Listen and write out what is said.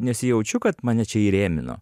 nesijaučiu kad mane čia įrėmino